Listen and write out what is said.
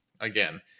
Again